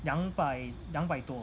两百两百多